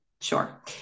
Sure